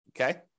okay